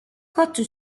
côte